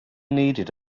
needed